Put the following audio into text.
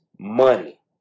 Money